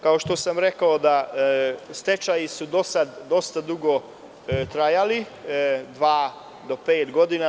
Kao što sam rekao, stečaji su do sada dosta dugo trajali - dve do pet godina.